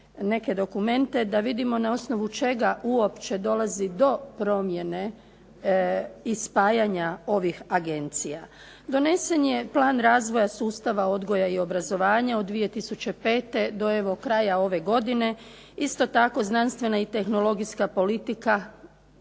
neke dokumente da vidimo na osnovu čega uopće dolazi do promjene i spajanja ovih agencija. Donesen je plan razvoja sustava odgoja i obrazovanja od 2005. do evo kraja ove godine. Isto tako znanstvena i tehnologijska politika